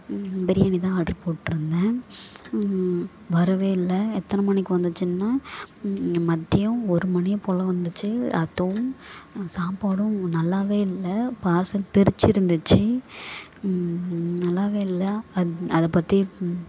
பிரியாணிதான் order போட்டிருந்தேன் வரவே இல்லை எத்தனை மணிக்கு வந்துச்சுன்னா மதியம் ஒரு மணி போல் வந்துச்சு அதுவும் சாப்பாடும் நல்லாவே இல்லை பார்சல் பிரித்து இருந்துச்சு நல்லாவே இல்லை அத் அதை பற்றி